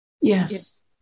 Yes